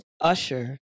Usher